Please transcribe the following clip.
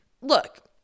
Look